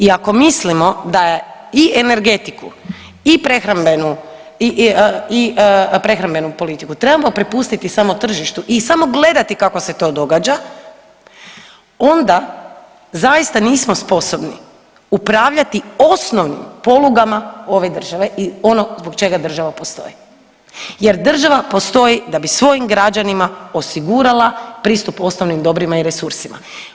I ako mislimo da i energetiku i prehrambenu politiku trebamo prepustiti samo tržištu i samo gledati kako se to događa, onda zaista nismo sposobni upravljati osnovnim polugama ove države i ono zbog čega država postoji jer država postoji da bi svojim građanima osigurala pristup osnovnim dobrima i resursima.